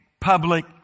public